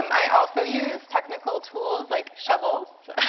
um i also use technical tools, like shovels.